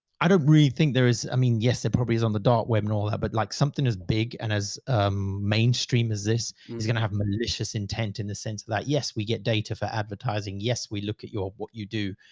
i don't really think there is. i mean, yes, there probably is on the dark web and all that, but like something as big and as mainstream as this is going to have a malicious intent in the sense that yes, we get data for advertising. yes, we look at your, what you do,